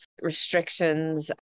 restrictions